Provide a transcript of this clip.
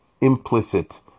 implicit